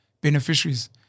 beneficiaries